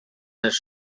els